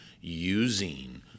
using